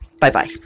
Bye-bye